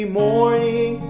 morning